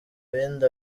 ibindi